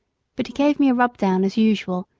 but he gave me a rub-down as usual,